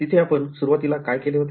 तिथे आपण सुरुवातीला काय केले होते